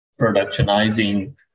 productionizing